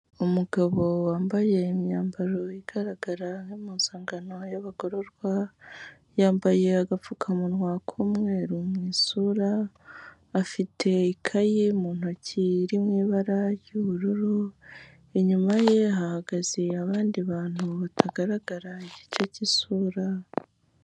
Umugabo wambaye imyambaro igaragara nk'impuzangano y'abagororwa, yambaye agapfukamunwa k'umweru mu isura, afite ikayi mu ntoki iri mu ibara ry'ubururu, inyuma ye hahagaze abandi bantu batagaragara igice k'isura.